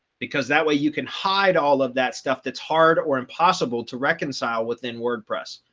because that way you can hide all of that stuff that's hard or impossible to reconcile within wordpress.